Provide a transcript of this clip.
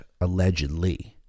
Allegedly